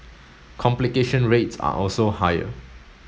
complication rates are also higher